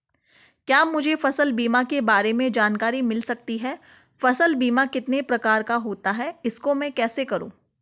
क्या मुझे फसल बीमा के बारे में जानकारी मिल सकती है फसल बीमा कितने प्रकार का होता है इसको मैं कैसे करूँ?